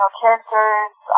characters